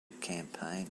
campaign